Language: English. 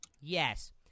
Yes